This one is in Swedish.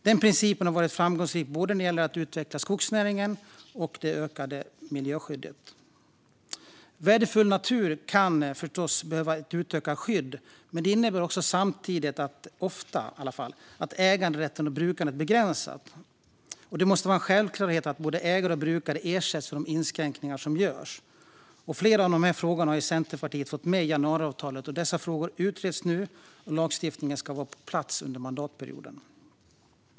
Den principen har varit framgångsrik när det gäller att utveckla både skogsnäringen och det ökade miljöskyddet. Värdefull natur förstås kan behöva utökat skydd, men det innebär samtidigt ofta att äganderätt och brukande begränsas. Det måste vara en självklarhet att både ägare och brukare ersätts för de inskränkningar som görs. Flera av dessa frågor har Centerpartiet fått med i januariavtalet. Dessa frågor utreds nu, och lagstiftning ska vara på plats under mandatperioden.